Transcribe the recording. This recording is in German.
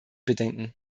bedenken